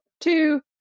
two